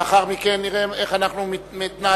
ולאחר מכן נראה איך אנחנו מתנהלים.